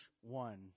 one